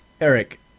eric